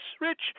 Rich